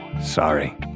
Sorry